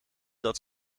dat